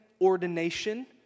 ordination